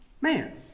man